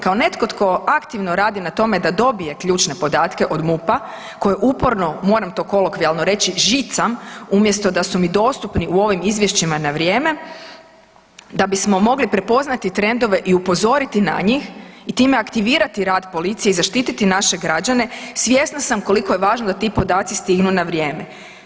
Kao netko tko aktivno radi na tome da dobije ključne podatke od MUP-a koji uporno, moram to kolokvijalno reći, žicam umjesto da su mi dostupni u ovim izvješćima na vrijeme da bismo mogli prepoznati trendove i upozoriti na njih i time aktivirati rad policije i zaštititi naše građane svjesna sam koliko je važno da ti podaci stignu na vrijeme.